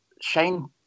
Shane